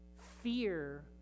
Fear